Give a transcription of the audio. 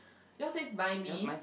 your said by me